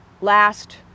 last